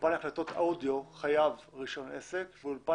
שאולפן הקלטות אודיו חייב רישוי עסק ואולפן